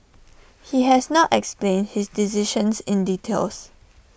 he has not explained his decision in details